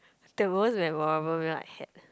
there was memorable meal I had